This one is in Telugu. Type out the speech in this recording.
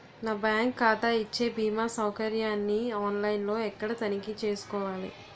నా బ్యాంకు ఖాతా ఇచ్చే భీమా సౌకర్యాన్ని ఆన్ లైన్ లో ఎక్కడ తనిఖీ చేసుకోవాలి?